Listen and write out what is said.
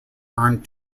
earned